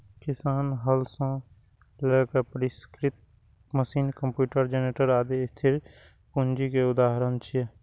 किसानक हल सं लए के परिष्कृत मशीन, कंप्यूटर, जेनरेटर, आदि स्थिर पूंजी के उदाहरण छियै